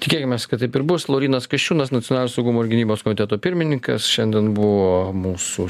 tikėkimės kad taip ir bus laurynas kasčiūnas nacionalinio saugumo ir gynybos komiteto pirmininkas šiandien buvo mūsų